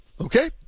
Okay